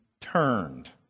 turned